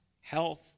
health